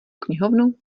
knihovnu